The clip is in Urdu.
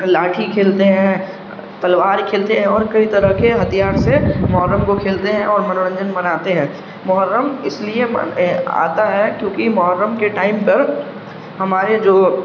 لاٹھی کھیلتے ہیں تلوار کھیلتے ہیں اور کئی طرح کے ہتھیار سے محرم کو کھیلتے ہیں اور منورنجن مناتے ہیں محرم اس لیے آتا ہے کیونکہ محرم کے ٹائم پر ہمارے جو